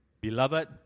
Beloved